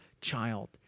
child